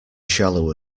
shallow